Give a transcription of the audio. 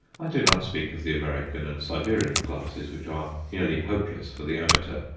i do not speak of the american and siberian classes, which are nearly hopeless for the amateur,